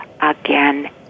again